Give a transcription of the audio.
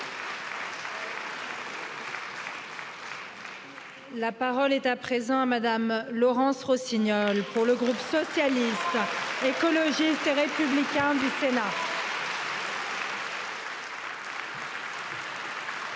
La parole est à présent Mᵐᵉ Laurence Rossignol, pour le groupe socialiste, écologiste et républicain du Sénat